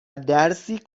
درسی